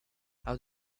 how